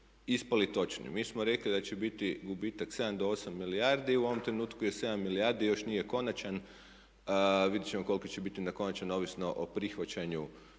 Mi smo rekli da će biti gubitak 7 do 8 milijardi, u ovom trenutku je 7 milijardi i još nije konačan. Vidjeti ćemo koliki će biti konačan ovisno o prihvaćanju